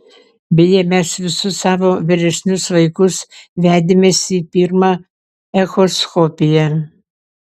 beje mes visus savo vyresnius vaikus vedėmės į pirmą echoskopiją